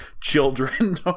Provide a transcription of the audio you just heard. children